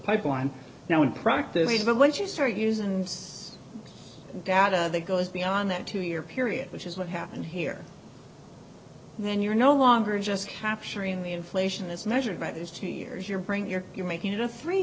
pipeline now in practice even once you start using data that goes beyond that two year period which is what happened here then you're no longer just capturing the inflation is measured by those two years you're bringing your you're making it a three